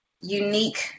Unique